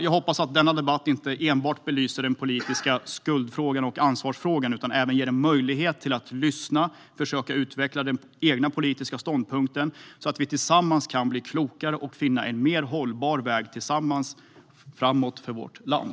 Jag hoppas att denna debatt inte enbart ska belysa den politiska skuldfrågan och ansvarsfrågan utan även ge en möjlighet att lyssna och försöka utveckla den egna politiska ståndpunkten så att vi tillsammans kan bli klokare och finna en mer hållbar väg, framåt för vårt land.